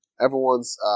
everyone's